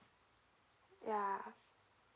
ya